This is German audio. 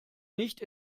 nicht